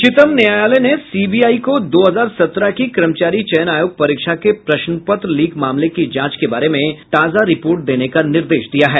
उच्चतम न्यायालय ने सीबीआई को दो हजार सत्रह की कर्मचारी चयन आयोग परीक्षा के प्रश्न पत्र लीक मामले की जांच के बारे में ताजा रिपोर्ट देने का निर्देश दिया है